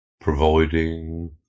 providing